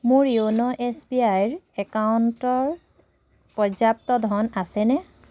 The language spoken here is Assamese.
মোৰ য়োন' এছ বি আই ৰ একাউণ্টৰ পৰ্যাপ্ত ধন আছেনে